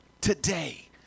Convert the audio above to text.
today